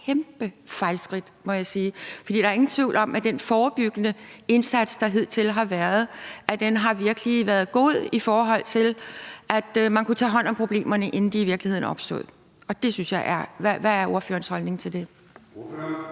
kæmpe fejlskridt, må jeg sige. For der er ingen tvivl om, at den forebyggende indsats, der hidtil har været, virkelig har været god, i forhold til at man kunne tage hånd om problemerne, inden de i virkeligheden opstod. Hvad er ordførerens holdning til det?